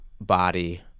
body